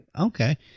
Okay